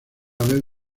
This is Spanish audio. vez